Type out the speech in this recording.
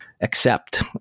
accept